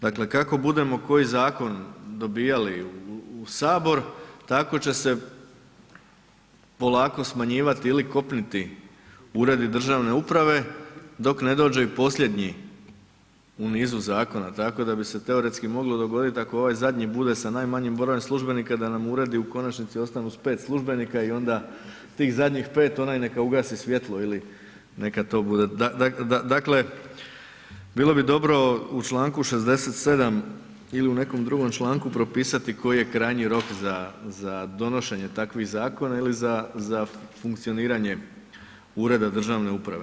Dakle, kako budemo koji zakon dobijali u HS, tako će se polako smanjivati ili kopniti uredi državne uprave, dok ne dođe i posljednji u nizu zakona, tako da bi se teoretski moglo dogodit ako ovaj zadnji bude sa najmanjim brojem službenika da nam uredi u konačnici ostanu s 5 službenika i onda tih zadnjih 5, onaj neka ugasi svjetlo ili neka to bude, dakle, bilo bi dobro u čl. 67. ili u nekom drugom članku propisati koji je krajnji rok za donošenje takvih zakona ili za, za funkcioniranje ureda državne uprave.